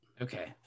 okay